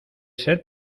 ser